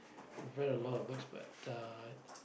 i've read a lot of books but uh